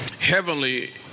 heavenly